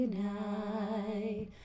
night